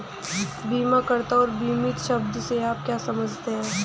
बीमाकर्ता और बीमित शब्द से आप क्या समझते हैं?